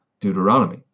Deuteronomy